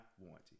warranty